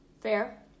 Fair